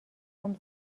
عمر